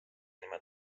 nimed